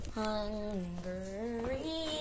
hungry